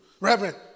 Reverend